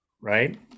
right